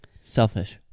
Selfish